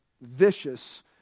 vicious